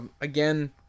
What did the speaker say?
again